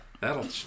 That'll